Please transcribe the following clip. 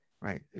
Right